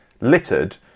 littered